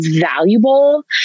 valuable